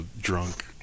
drunk